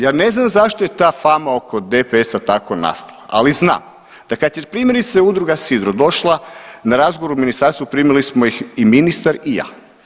Ja ne znam zašto je ta fama oko DPS-a tako nastala, ali znam da kad je primjerice Udruga SIDRO došla na razgovor u ministarstvo primili smo ih i ministar i ja.